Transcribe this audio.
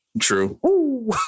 True